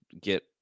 get